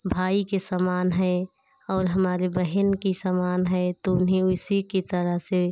भाई के समान है और हमारे बहन के समान है तो उन्हें उसी की तरह से